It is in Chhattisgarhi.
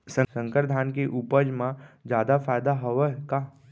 संकर धान के उपज मा जादा फायदा हवय का?